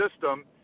system